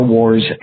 Wars